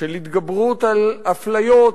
של התגברות על אפליות